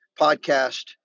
podcast